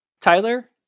Tyler